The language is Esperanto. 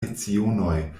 lecionoj